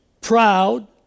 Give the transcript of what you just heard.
proud